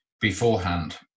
beforehand